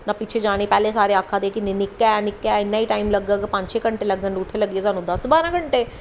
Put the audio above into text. नां पिच्छें जाने गी पैह्लैं सारे आक्खा दे हे नेईं नेईं निक्का ऐ निक्का ऐ इन्ना गै टैम लग्गग पंज छे घैंटे लग्गने उत्थै लग्गियै सानूं दस बारां घैंटे